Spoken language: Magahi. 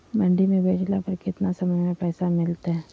मंडी में बेचला पर कितना समय में पैसा मिलतैय?